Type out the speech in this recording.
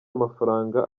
amafaranga